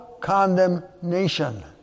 condemnation